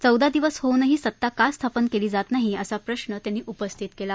चौदा दिवस होऊनही सत्ता का स्थापन केली जात नाही असा प्रश्न त्यांनी उपस्थित केला